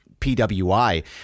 PWI